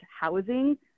housing